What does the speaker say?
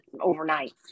overnight